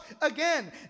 again